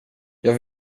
jag